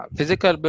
Physical